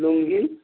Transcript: লুঙ্গি